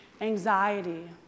Anxiety